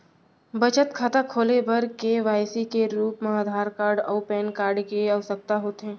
बचत खाता खोले बर के.वाइ.सी के रूप मा आधार कार्ड अऊ पैन कार्ड के आवसकता होथे